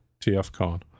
TFCon